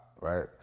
right